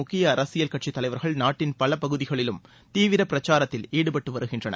முக்கிய அரசியல் கட்சித் தலைவர்கள் நாட்டின் பல பகுதிகளிலும் தீவிர பிரச்சாரத்தில் ஈடுபட்டு வருகின்றனர்